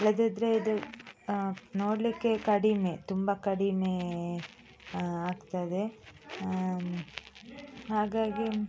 ಇಲ್ಲದಿದ್ದರೆ ಇದು ನೋಡಲಿಕ್ಕೆ ಕಡಿಮೆ ತುಂಬ ಕಡಿಮೆ ಆಗ್ತದೆ ಹಾಗಾಗಿ